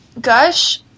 Gush